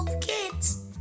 Kids